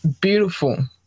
beautiful